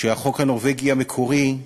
שבחוק הנורבגי המקורי,